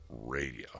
Radio